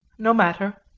no matter.